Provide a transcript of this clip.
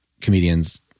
comedians